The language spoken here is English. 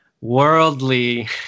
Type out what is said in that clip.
worldly